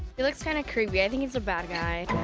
he looks kinda creepy. i think he's a bad guy.